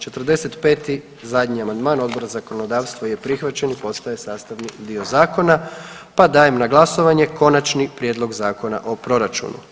45. zadnji amandman Odbora za zakonodavstvo je prihvaćen i postaje sastavni dio zakona, pa dajem na glasovanje Konačni prijedlog Zakona o proračunu.